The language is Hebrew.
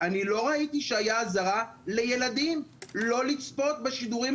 אני לא ראיתי שהייתה אזהרה לילדים לא לצפות בשידורים